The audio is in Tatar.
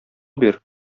бир